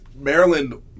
Maryland